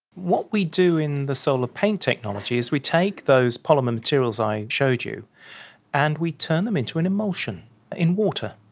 what we do in the solar paint technology is we take those polymer materials i showed you and we turn them into an emulsion in water.